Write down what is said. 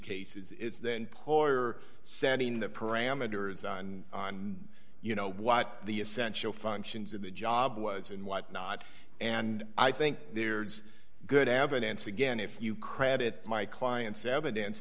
case it's then poirier sending the parameters on you know what the essential functions of the job was and what not and i think there's good evidence again if you credit my client's evidence